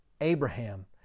Abraham